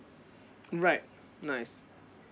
alright nice